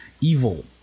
evil